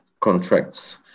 contracts